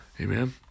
Amen